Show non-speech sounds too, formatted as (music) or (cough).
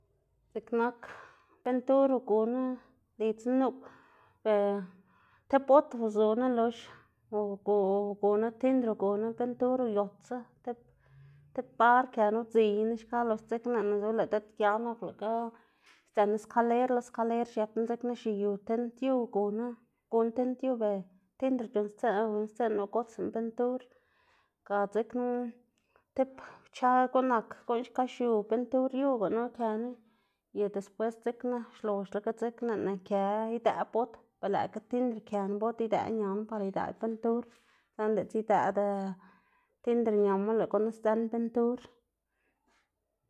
X̱iꞌk nak pintur uguná lidzná nup (hesitation) ti bot uzuná lox ugu- uguná tiner uguná pintur uyotsu tib tib bar këná udziyná xka lox dzekna lëꞌná uzula diꞌt gia nak lëꞌ ga sdzënná xkaler lo skaler xiepná dzekna xiyu tind yu uguná xguná tind yu ber tiner c̲h̲unn- c̲h̲unnstsiꞌnná xgotsná pintur, ga dzekna tib kwchar guꞌn nak guꞌn xka xiu pintur yu gunu këná y después dzekna xloxla dzekna lëꞌná kë idëꞌ bot, ber lëꞌkga tiner këná bot idëꞌ ñaná par idëꞌ pintur, saꞌnda diꞌltsa idëꞌda tiner ñama, lëꞌ gunu sdzën pintur.